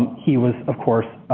he was, of course,